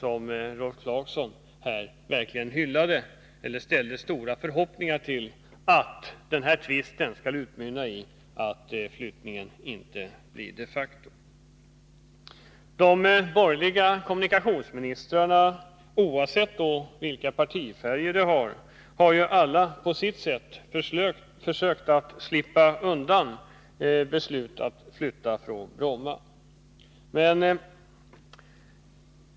Och Rolf Clarkson hade tydligen stora förhoppningar om att den här tvisten skulle utmynna i att flyttningen inte blir ett faktum. De borgerliga kommunikationsministrarna, oavsett partifärg, har ju alla på sitt sätt försökt slippa undan flyttningen från Bromma.